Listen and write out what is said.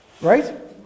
Right